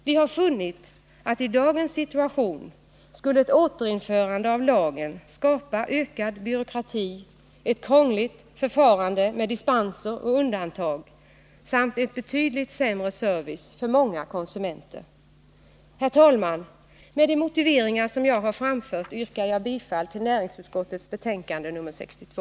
Vi har funnit att i dagens situation skulle ett återinförande av lagen skapa ökad byråkrati, ett krångligt förfarande med dispenser och undantag samt en betydligt sämre service för många konsumenter. Herr talman! Med de motiveringar som jag har framfört yrkar jag bifall till hemställan i näringsutskottets betänkande 62.